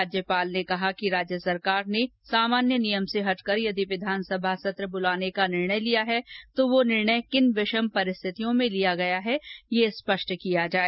राज्यपाल ने कहा है कि राज्य सरकार ने सामान्य नियम से हटकर यदि विधानसभा सत्र बुलाने का निर्णय लिया है तो वह निर्णय किन विषम परिस्थितियों में लिया गया है यह स्पष्ट किया जाए